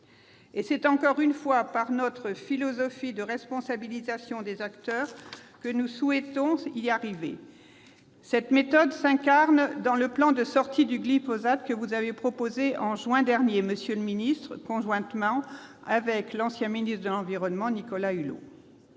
C'est encore une fois en nous appuyant sur notre philosophie de responsabilisation des acteurs que nous souhaitons y arriver. Cette méthode trouve sa traduction concrète dans le plan de sortie du glyphosate que vous avez proposé en juin dernier, monsieur le ministre, conjointement avec l'ancien ministre de l'environnement, Nicolas Hulot.